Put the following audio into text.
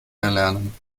erlernen